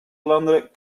landen